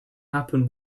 happen